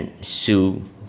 sue